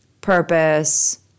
purpose